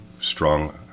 strong